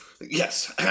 Yes